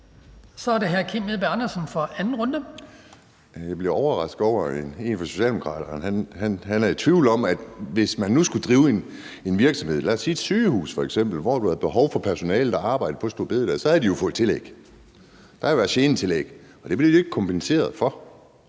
Kl. 20:05 Kim Edberg Andersen (NB): Jeg bliver overrasket over, at en fra Socialdemokratiet er i tvivl om det. Altså, hvis man driver virksomhed, lad os sige et sygehus, hvor man har behov for personale, der arbejder på store bededag, så havde de jo fået tillæg. Der havde været et genetillæg, og det bliver de ikke kompenseret for.